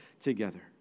together